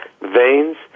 veins